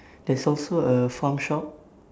there's also a farm shop